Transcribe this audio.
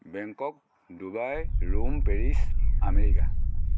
Bangkok Dubai Rome Paris America